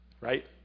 right